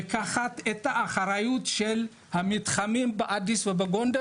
לקחת את האחריות של המתחמים באדיס ובגונדר